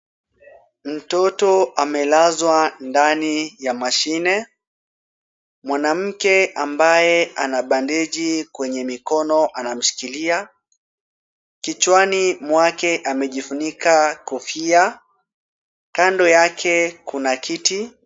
Mtoto amelazwa ndani ya mashine, mwanamke ambaye ana bandeji kwenye mikono anamshikilia, kichwani mwake amejifunika kofia, kando yake kuna kiti.